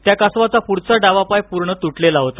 त्या कासवाचा पुढचा डावा पाय पूर्ण तुटलेला होता